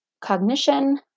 cognition